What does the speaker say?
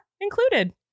included